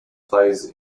plays